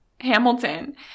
Hamilton